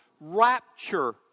rapture